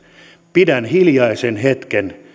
pidän hiljaisen hetken